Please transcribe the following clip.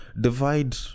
divide